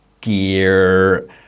gear